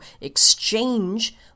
exchange